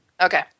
Okay